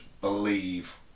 believe